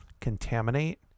contaminate